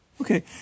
Okay